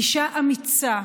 אישה אמיצה,